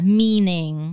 meaning